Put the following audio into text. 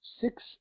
six